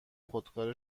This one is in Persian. خودکار